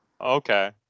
Okay